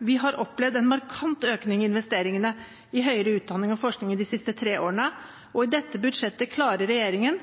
Vi har opplevd en markant økning i investeringene i høyere utdanning og forskning de siste tre årene, og i dette budsjettet klarer regjeringen